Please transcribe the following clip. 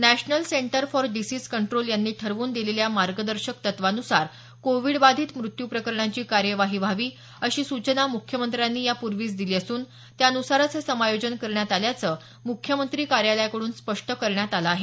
national Centre for Disease Control यांनी ठरवून दिलेल्या मार्गदर्शक तत्वांनुसार कोविड बाधित मृत्यू प्रकरणांची कार्यवाही व्हावी अशी सूचना मुख्यमंत्र्यांनी यापूर्वीच दिली असून त्यानुसारच हे समायोजन करण्यात आल्याचं मुख्यमंत्री कार्यालयाकडून स्पष्ट करण्यात आलं आहे